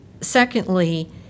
secondly